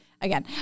again